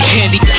Candy